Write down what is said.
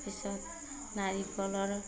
তাৰ পিছত নাৰিকলৰ